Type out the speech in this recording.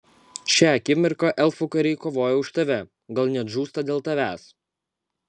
šią akimirką elfų kariai kovoja už tave gal net žūsta dėl tavęs